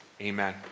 Amen